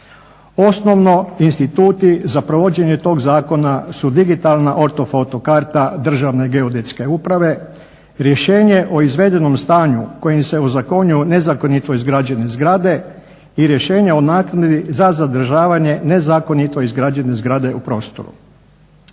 Osnovno instituti za provođenje tog zakona su digitalna ortofoto karta Državne geodetske uprave, rješenje o izvedenom stanju kojim se ozakonjuju nezakonito izgrađene zgrade i rješenje o naknadi za zadržavanje nezakonito izgrađene zgrade u prostoru.